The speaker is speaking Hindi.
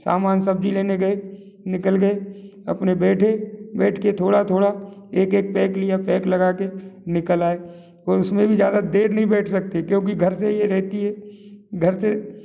सामान सब भी लेने गये निकल गये अपने बैठे बैठ के थोड़ा थोड़ा एक एक पैक लिया पैक लगा के निकल आए और उसमे भी ज़्यादा देर नहीं बैठ सकते क्योंकि घर से ये रहती है घर से